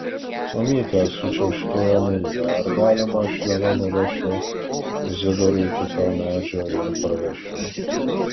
mamyte sučiauškėjo emilija ar galima aš viena nuvešiu izidorių iki to medžio ir parvešiu